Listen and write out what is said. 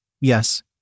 Yes